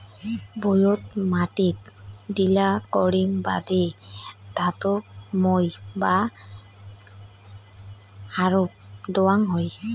ভুঁইয়ত মাটি ঢিলা করির বাদে ধাতব মই বা হ্যারো দ্যাওয়াং হই